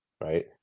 right